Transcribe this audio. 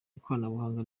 ikoranabuhanga